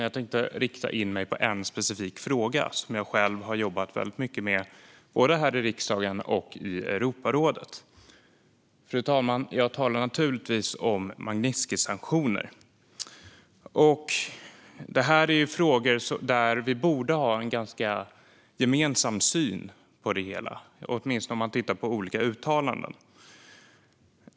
Jag tänkte rikta in mig på en specifik fråga som jag själv har jobbat väldigt mycket med, både här i riksdagen och i Europarådet. Jag talar naturligtvis, fru talman, om Magnitskijsanktioner. Det här är frågor där vi borde ha en ganska gemensam syn, åtminstone om man tittar på olika uttalanden.